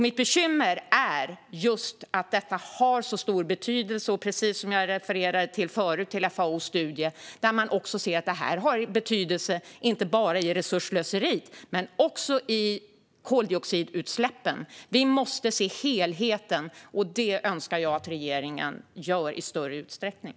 Mitt bekymmer är att detta har så stor betydelse. Precis som jag refererade till tidigare ser man i FAO:s studie att det har betydelse inte bara för resursslöseriet utan också för koldioxidutsläppen. Vi måste se helheten, och det önskar jag att regeringen gjorde i större utsträckning.